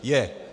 Je.